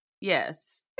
Yes